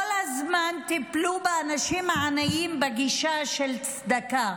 כל הזמן טיפלו באנשים העניים בגישה של צדקה,